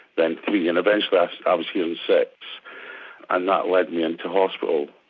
then three. and eventually i was hearing six and that led me into hospital,